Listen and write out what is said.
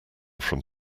from